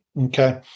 Okay